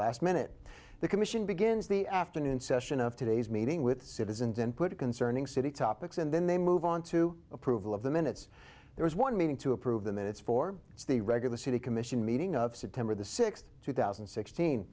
last minute the commission begins the afternoon session of today's meeting with citizens and put it concerning city topics and then they move on to approval of the minutes there is one meeting to approve the minutes for the regular city commission meeting of september the sixth two thousand and sixteen